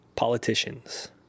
Politicians